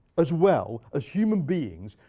as well, as human beings,